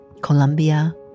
Colombia